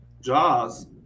Jaws